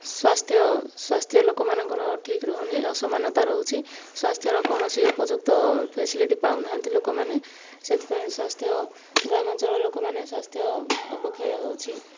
ସ୍ଵାସ୍ଥ୍ୟ ସ୍ଵାସ୍ଥ୍ୟ ଲୋକମାନଙ୍କର ଠିକ୍ ରହୁନାହିଁ ଅସମାନତା ରହୁଛି ସ୍ଵାସ୍ଥ୍ୟର କୌଣସି ଉପଯୁକ୍ତ ଫ୍ୟାସିଲିଟି ପାଉନାହାନ୍ତି ଲୋକମାନେ ସେଥିପାଇଁ ସ୍ଵାସ୍ଥ୍ୟ ଗ୍ରାମାଞ୍ଚଳ ଲୋକମାନେ ସ୍ଵାସ୍ଥ୍ୟ ଅବକ୍ଷୟ ହେଉଛି